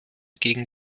gegen